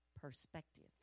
perspective